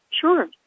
Sure